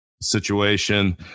situation